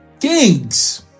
kings